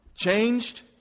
changed